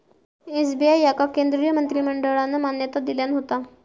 SBI याका केंद्रीय मंत्रिमंडळान मान्यता दिल्यान होता